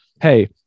hey